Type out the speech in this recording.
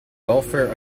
welfare